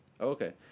Okay